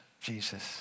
Jesus